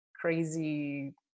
crazy